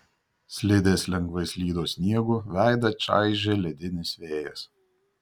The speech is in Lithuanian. slidės lengvai slydo sniegu veidą čaižė ledinis vėjas